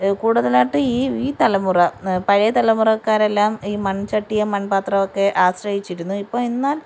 കൂടുതലായിട്ടുവീ ഈ തലമുറ പഴയ തലമുറക്കാരെല്ലാം ഈ മൺച്ചട്ടിയെ മൺപാത്രമൊക്കെ ആശ്രയിച്ചിരുന്നു ഇപ്പോൾ എന്നാൽ